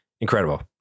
incredible